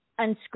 Unscripted